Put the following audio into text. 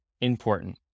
important